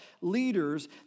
leaders